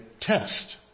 test